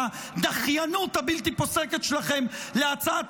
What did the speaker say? או הדחיינות הבלתי-פוסקת שלכם להצעת